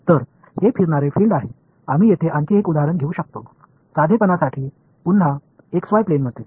तर हे फिरणारे फील्ड आहे आम्ही येथे आणखी एक उदाहरण घेऊ शकतो साधेपणासाठी पुन्हा एक्सवाय प्लेनमध्ये